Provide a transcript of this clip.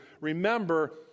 Remember